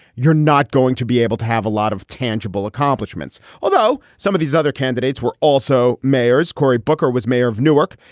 you're not going to be able to have a lot of tangible accomplishments. although some of these other candidates were also mayors, cory booker was mayor of newark.